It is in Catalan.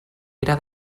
era